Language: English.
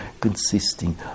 consisting